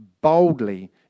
boldly